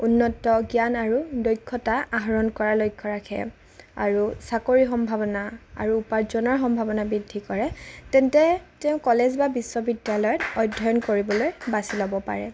উন্নত জ্ঞান আৰু দক্ষতা আহৰণ কৰাৰ লক্ষ্য ৰাখে আৰু চাকৰি সম্ভাৱনা আৰু উপাৰ্জনৰ সম্ভাৱনা বৃদ্ধি কৰে তেন্তে তেওঁ কলেজ বা বিশ্ববিদ্যালয়ত অধ্যয়ন কৰিবলৈ বাছি ল'ব পাৰে